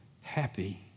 happy